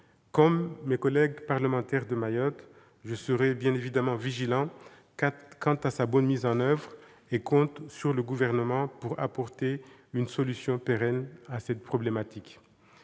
Comme mes collègues parlementaires de Mayotte, je serai évidemment vigilant quant à sa bonne mise en oeuvre et compte sur le Gouvernement pour apporter une solution pérenne à ce problème.